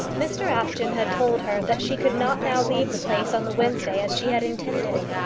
mr apjohn had told her that she could not now leave the place on the wednesday as she had intended.